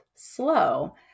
Slow